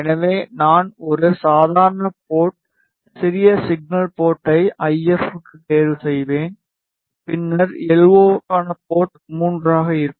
எனவே நான் ஒரு சாதாரண போர்ட் சிறிய சிக்னல் போர்ட்டை ஐஎப்க்கு தேர்வு செய்வேன் பின்னர் எல்ஓக்கான போர்ட் 3 ஆக இருக்கும்